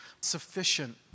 sufficient